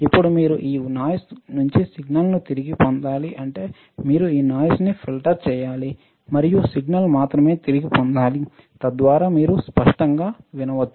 ఇప్పుడు మీరు ఈ నాయిస్ నుంచి సిగ్నల్ ను తిరిగి పొందాలి అంటే మీరు ఈ నాయిస్న్ని ఫిల్టర్ చేయాలి మరియు సిగ్నల్ మాత్రమే తిరిగి పొందాలి తద్వారా మీరు స్పష్టంగా వినవచ్చు